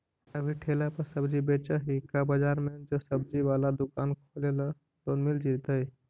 अभी ठेला पर सब्जी बेच ही का बाजार में ज्सबजी बाला दुकान खोले ल लोन मिल जईतै?